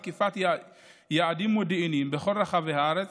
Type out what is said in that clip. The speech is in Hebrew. שכלל תקיפת יעדים מודיעיניים בכל רחבי הארץ